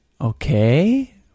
okay